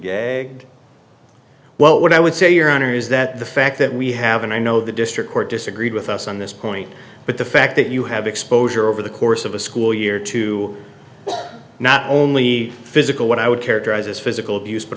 gagged well what i would say your honor is that the fact that we have and i know the district court disagreed with us on this point but the fact that you have exposure over the course of a school year to not only physical what i would characterize as physical abuse but